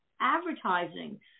advertising